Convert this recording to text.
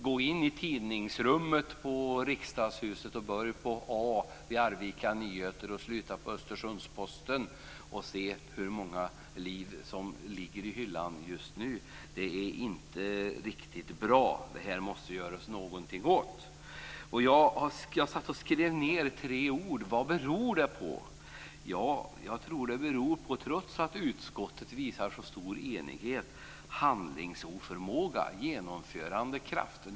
Går man in i tidningsrummet i Riksdagshuset och börjar på A med Arvika Nyheter och slutar med Östersundsposten kan man se hur många liv som ligger i hyllan just nu. Det är inte riktigt bra. Det måste vi göra något åt. Jag skrev ned några ord: Vad beror det på? Jag tror, trots att utskottet visar så stor enighet, att det beror på handlingsoförmåga, på genomförandekraft.